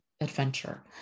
adventure